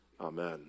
Amen